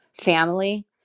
family